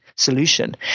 solution